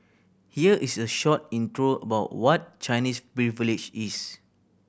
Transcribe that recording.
here is a short intro about what Chinese Privilege is